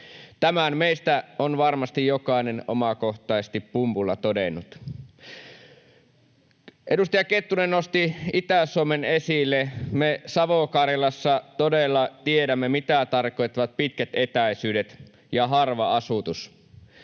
Tämän meistä on varmasti jokainen omakohtaisesti pumpulla todennut. Edustaja Kettunen nosti Itä-Suomen esille. Me Savo-Karjalassa todella tiedämme, mitä tarkoittavat pitkät etäisyydet ja harva asutus.